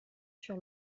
sur